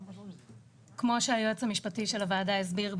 כמו שהיועץ המשפטי של הוועדה הסביר,